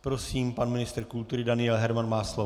Prosím, pan ministr kultury Daniel Herman má slovo.